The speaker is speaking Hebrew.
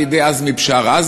לידי עזמי בשארה.